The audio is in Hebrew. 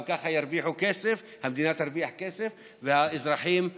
גם ככה המדינה תרוויח כסף, והאזרחים שוב,